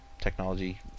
technology